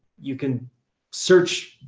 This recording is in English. you can search,